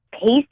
paste